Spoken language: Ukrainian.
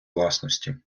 власності